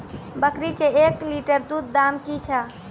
बकरी के एक लिटर दूध दाम कि छ?